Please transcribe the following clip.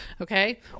okay